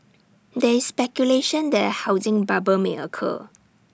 there is speculation that A housing bubble may occur